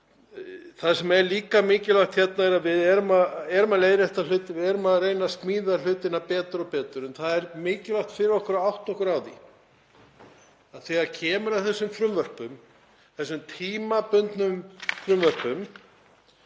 Það sem er líka mikilvægt hérna er að við erum að leiðrétta hluti, við erum að reyna að smíða hlutina betur og betur en það er mikilvægt fyrir okkur að átta okkur á því þegar kemur að þessum tímabundnu frumvörpum